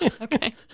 Okay